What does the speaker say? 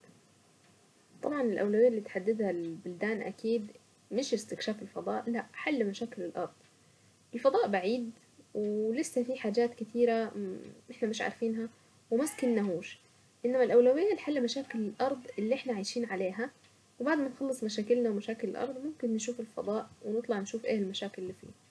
طبعا الاولوية لحل مشاكل البلدان اكيد مش استكشاف الفضاء لان حل مشاكل الفضاء بعيدة ولسه في حاجات كتيرة اهم احنا مش عارفينها انما الاولوية لحل مشاكل الارض اللي احنا عايشين عليها وبعد ما نكون في مشاكلنا ومشاكل الارض ممكن نشوف الفضاء نطلع نشوف ايه المشاكل اللي فيه.